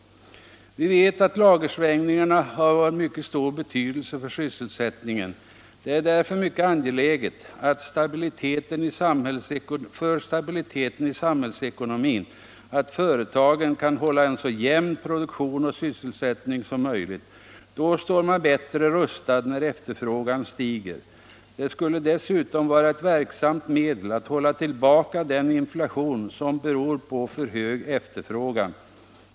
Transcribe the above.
Vi vet att lagersvängningarna har stor betydelse för sysselsättningen. Det är därför mycket angeläget för stabiliteten i samhällsekonomin att företagen kan hålla en så jämn produktion och sysselsättning som möjligt. Då står man bättre rustad när efterfrågan stiger. Det skulle dessutom vara ett verksamt medel att hålla tillbaka den inflation som beror på för hög efterfrågan.